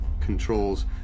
controls